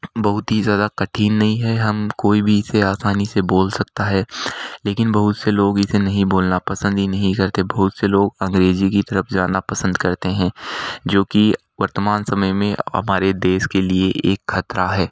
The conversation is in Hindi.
बहुत ही ज़्यादा कठिन नहीं है हम कोई भी इसे आसानी से बोल सकता है लेकिन बहुत से लोग इसे नहीं बोलना पसंद ही नहीं करते बहुत से लोग अंग्रेज़ी की तरफ़ जाना पसंद करते हैं जो कि वर्तमान समय में हमारे देश के लिए एक ख़तरा है